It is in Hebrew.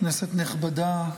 כנסת נכבדה,